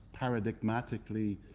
paradigmatically